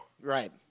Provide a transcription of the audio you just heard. Right